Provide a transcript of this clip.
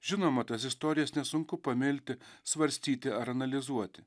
žinoma tas istorijas nesunku pamilti svarstyti ar analizuoti